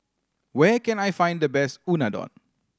where can I find the best Unadon